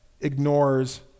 ignores